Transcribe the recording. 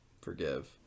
forgive